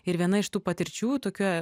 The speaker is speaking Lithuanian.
ir viena iš tų patirčių tokia